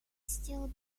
still